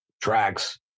tracks